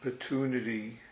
opportunity